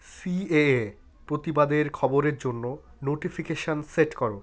CAA প্রতিবাদের খবরের জন্য নোটিফিকেশান সেট করো